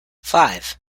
five